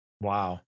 Wow